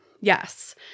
Yes